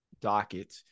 docket